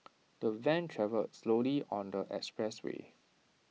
the van travelled slowly on the expressway